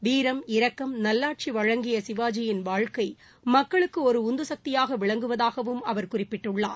வீரம் இரக்கம் நல்லாட்சி வழங்கிய சிவாஜியின் வாழ்க்கை மக்களுக்கு ஒரு உந்து சக்தியாக விளங்குவதாகவும் அவர் குறிப்பிட்டுள்ளார்